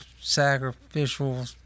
sacrificial